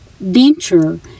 venture